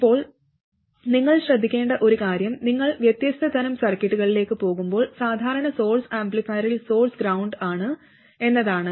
ഇപ്പോൾ നിങ്ങൾ ശ്രദ്ധിക്കേണ്ട ഒരു കാര്യം നിങ്ങൾ വ്യത്യസ്ത തരം സർക്യൂട്ടുകളിലേക്ക് പോകുമ്പോൾ സാധാരണ സോഴ്സ് ആംപ്ലിഫയറിൽ സോഴ്സ് ഗ്രൌണ്ട് ആണ് എന്നതാണ്